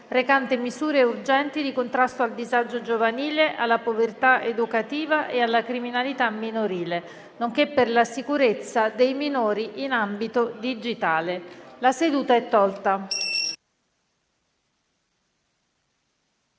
recante misure urgenti di contrasto al disagio giovanile, alla povertà educativa e alla criminalità minorile, nonché per la sicurezza dei minori in ambito digitale*** **(ore